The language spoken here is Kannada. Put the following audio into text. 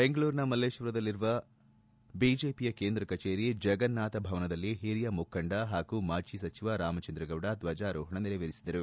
ಬೆಂಗಳೂರಿನ ಮಲ್ಲೇಶ್ವರದಲ್ಲಿರುವ ಬಿಜೆಪಿಯ ಕೇಂದ್ರ ಕಚೇರಿ ಜಗನ್ನಾಥ ಭವನದಲ್ಲಿ ಹಿರಿಯ ಮುಖಂಡ ಹಾಗೂ ಮಾಜಿ ಸಚಿವ ರಾಮಚಂದ್ರಗೌಡ ಧ್ವಜಾರೋಹಣ ನೆರವೇರಿಸಿದರು